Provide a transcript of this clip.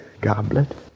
goblet